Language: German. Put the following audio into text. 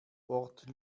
port